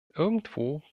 irgendwo